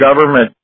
government